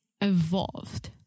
evolved